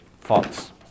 false